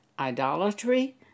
Idolatry